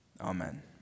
Amen